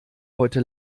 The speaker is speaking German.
heute